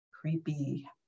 creepy